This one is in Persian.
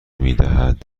میدهد